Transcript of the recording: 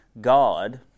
God